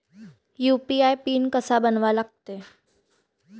UPI PIN कसा बनवा लागते?